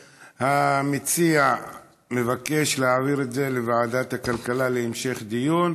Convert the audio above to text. והמציע מבקש להעביר את זה לוועדת הכלכלה להמשך דיון.